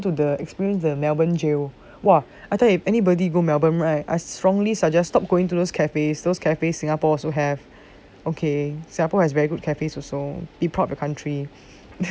to the experience the melbourne jail !wah! I thought if anybody go melbourne right I strongly suggest stopped going to those cafes those cafes singapore also have you have okay singapore has very good cafes be proud of the country